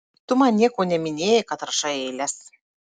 tu man nieko neminėjai kad rašai eiles